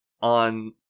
on